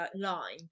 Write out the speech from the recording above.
line